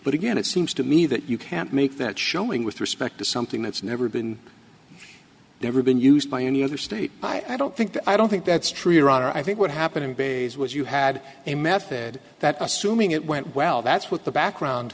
but again it seems to me that you can't make that showing with respect to something that's never been there or been used by any other state i don't think i don't think that's true your honor i think what happened in bay's was you had a method that assuming it went well that's what the background